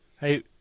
Hey